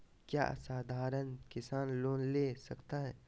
क्या साधरण किसान लोन ले सकता है?